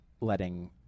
letting